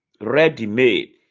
Ready-made